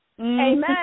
Amen